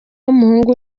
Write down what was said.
w’umuhungu